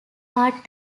part